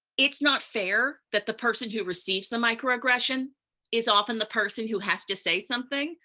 it's not fair that the person who receives the microaggression is often the person who has to say something,